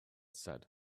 said